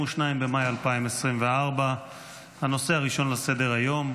22 במאי 2024. הנושא הראשון על סדר-היום,